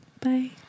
Bye